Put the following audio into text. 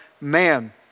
man